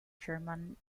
german